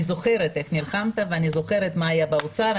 אני זוכרת איך נלחמת ואני זוכרת מה היה באוצר.